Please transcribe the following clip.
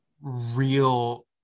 real